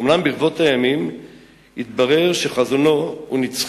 אומנם, ברבות הימים התברר שחזונו הוא נצחי.